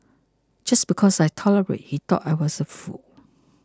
just because I tolerated he thought I was a fool